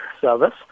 Service